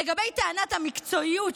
לגבי טענת המקצועיות,